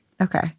okay